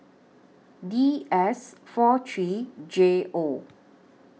D S four three J O